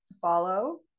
follow